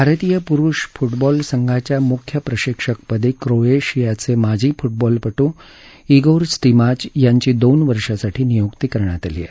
भारतीय पुरुष फुटबॉल संघाच्या मुख्य प्रशिक्षक पदी क्रोएशियाचे माजी फुटबॉलपट्ट इगोर स्टिमाच यांची दोन वर्षांसाठी नियुक्ती झाली आहे